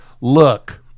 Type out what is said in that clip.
Look